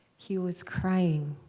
he was crying.